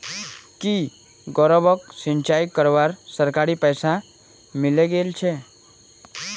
की गौरवक सिंचाई करवार सरकारी पैसा मिले गेल छेक